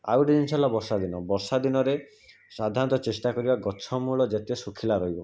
ଆଉ ଗୋଟେ ଜିନିଷ ହେଲା ବର୍ଷା ଦିନ ବର୍ଷାଦିନରେ ସାଧାରଣତଃ ଚେଷ୍ଟା କରିବା ଗଛ ମୂଳ ଯେତେ ଶୁଖିଲା ରହିବ